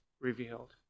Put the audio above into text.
revealed